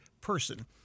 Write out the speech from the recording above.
person